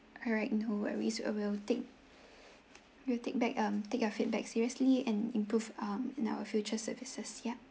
alright no worries uh we'll take we'll take back um take your feedback seriously and improve um in our future services yeah